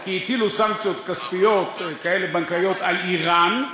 כי הטילו סנקציות כספיות בנקאיות על איראן,